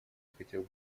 хотел